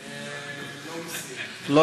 לא מסיר.